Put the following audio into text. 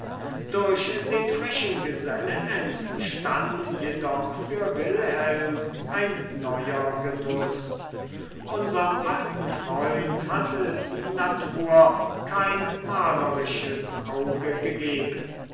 durch den frischen gesellen entstand jedoch für wilhelm ein neuer genuß unserm alten freund hatte die natur kein malerisches auge gegeben